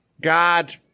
God